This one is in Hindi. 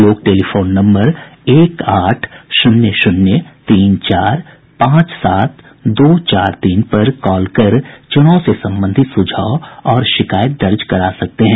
लोग टेलीफोन नम्बर एक आठ शून्य शून्य तीन चार पांच सात दो चार तीन पर कॉल कर चुनाव से संबंधित सुझाव और शिकायत दर्ज करा सकते हैं